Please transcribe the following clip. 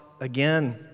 again